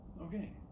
okay